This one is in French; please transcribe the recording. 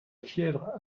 fièvre